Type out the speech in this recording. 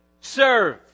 serve